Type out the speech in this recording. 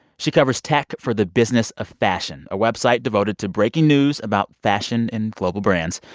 she covers tech for the business of fashion, a website devoted to breaking news about fashion and global brands.